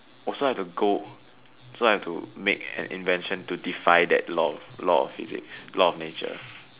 oh so I have to go so I have make an invention to defy that law law of physics law of nature